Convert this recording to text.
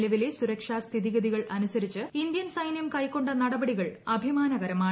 നിലവിലെ സുരക്ഷാ സ്ഥിതിഗതികൾ അനുസരിച്ച് ഇന്ത്യൻ സൈനൃം കൈക്കൊണ്ട നടപടികൾ അഭിമാനകരമാണ്